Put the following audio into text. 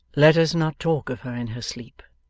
let us not talk of her in her sleep,